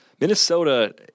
Minnesota